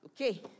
Okay